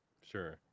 sure